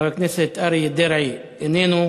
חבר הכנסת אריה דרעי, איננו.